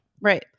Right